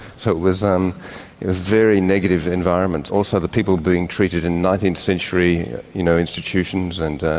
so it was um very negative environment. also the people being treated in nineteenth century you know institutions. and